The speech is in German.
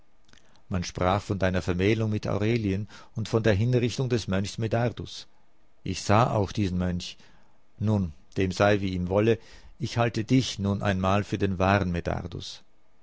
man sprach von deiner vermählung mit aurelien und von der hinrichtung des mönchs medardus ich sah auch diesen mönch nun dem sei wie ihm wolle ich halte dich nun einmal für den wahren